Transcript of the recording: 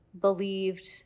believed